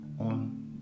on